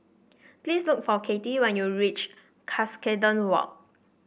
please look for Cathy when you reach Cuscaden Walk